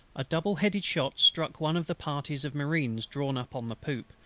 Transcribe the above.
a double-headed shot struck one of the parties of marines drawn up on the poop,